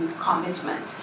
commitment